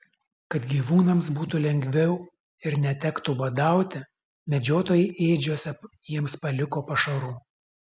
kad gyvūnams būtų lengviau ir netektų badauti medžiotojai ėdžiose jiems paliko pašarų